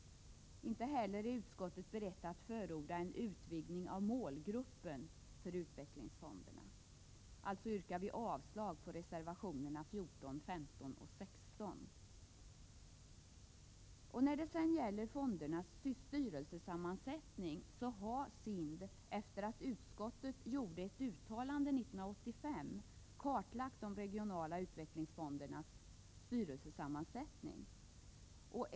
Inte heller är utskottet berett att förorda en utvidgning av målgruppen för utvecklingsfonderna. Således yrkar vi avslag på reservationerna 14, 15 och 16. När det sedan gäller fondernas styrelsesammansättning har SIND, efter det att utskottet gjorde ett uttalande 1985, kartlagt de regionala fondernas styrelsesammansättning.